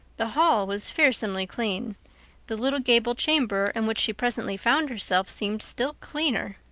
the hall was fearsomely clean the little gable chamber in which she presently found herself seemed still cleaner.